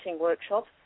workshops